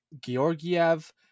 Georgiev